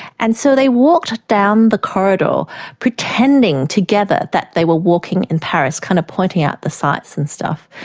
and so they walked down the corridor pretending together that they were walking in paris, kind of pointing out the sights and stuff,